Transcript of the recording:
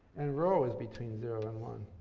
and rho is between zero and one.